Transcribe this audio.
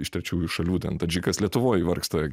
iš trečiųjų šalių ten tadžikas lietuvoj vargsta